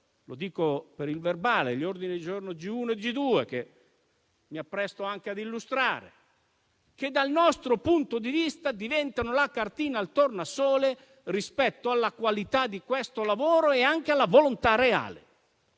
il contenuto degli ordini del giorno G1 e G2, che mi appresto ad illustrare, che dal nostro punto di vista diventano la cartina al tornasole rispetto alla qualità di questo lavoro e anche alla volontà reale